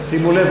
שימו לב,